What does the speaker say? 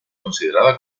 considerada